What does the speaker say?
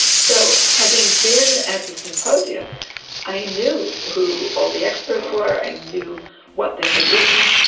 so having been at the symposium i knew who all the experts were, i knew what they had written,